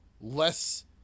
less